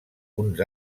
uns